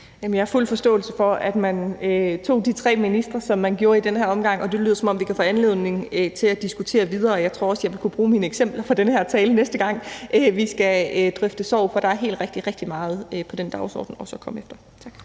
jeg har fuld forståelse for, at man tog de tre ministre, som man gjorde i den her omgang, og det lyder, som om vi kan få anledning til at diskutere det videre. Jeg tror også, jeg vil kunne bruge mine eksempler fra den her tale næste gang, vi skal drøfte sorg, for der er helt rigtigt også rigtig meget at komme efter på